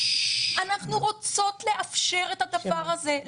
אנחנו רוצות לאפשר את הדבר הזה.